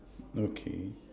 okay